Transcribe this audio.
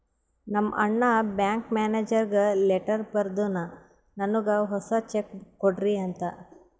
ನಮ್ ಅಣ್ಣಾ ಬ್ಯಾಂಕ್ ಮ್ಯಾನೇಜರ್ಗ ಲೆಟರ್ ಬರ್ದುನ್ ನನ್ನುಗ್ ಹೊಸಾ ಚೆಕ್ ಬುಕ್ ಕೊಡ್ರಿ ಅಂತ್